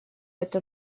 это